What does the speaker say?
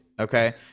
okay